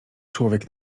człowiek